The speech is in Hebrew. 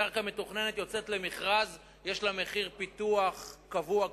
כשקרקע מתוכננת מוצאת למכרז יש לה מחיר פיתוח קבוע,